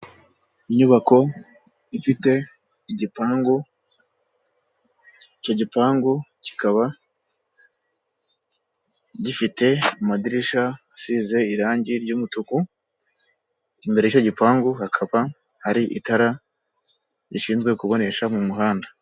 Inyubako ifite igipangu icyo gipangu kikaba gifite amadirishya asize irangi ry'umutuku, imbere y'icyo gipangu hakaba hari itara rishinzwe kubonesha mu muhanda.